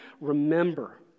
remember